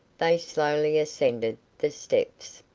they slowly ascended the steps.